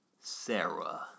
Sarah